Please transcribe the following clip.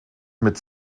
mit